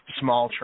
small